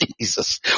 Jesus